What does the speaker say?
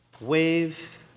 wave